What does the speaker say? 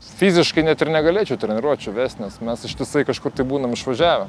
fiziškai net ir negalėčiau treniruočių vest nes mes ištisai kažkur tai būnam išvažiavę